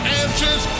answers